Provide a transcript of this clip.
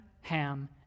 ham